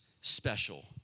special